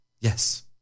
Yes